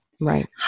right